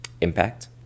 impact